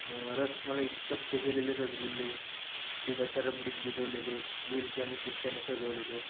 रस मला चपटे केलेले रसगुल्ले दुधाच्या रबडीत भिजवलेले वेलची आणि पिस्त्याने सजवले